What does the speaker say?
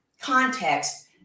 context